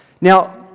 Now